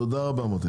תודה רבה.